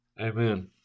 Amen